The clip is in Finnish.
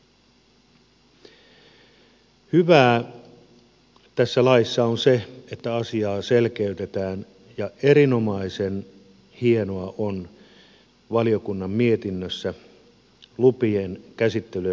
hyvää tässä laissa on se että asiaa selkeytetään ja erinomaisen hienoa on valiokunnan mietinnössä lupien käsittelyjen nopeuttaminen